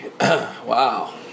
Wow